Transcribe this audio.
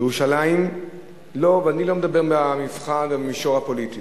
ירושלים, ואני לא מדבר במבחן מהמישור הפוליטי,